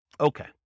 Okay